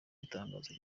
itangazo